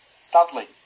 sadly